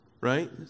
right